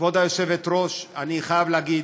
כבוד היושבת-ראש, אני חייב להגיד,